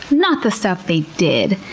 not the stuff they did.